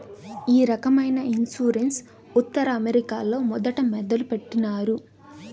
ఈ రకమైన ఇన్సూరెన్స్ ఉత్తర అమెరికాలో మొదట మొదలుపెట్టినారు